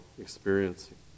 experiencing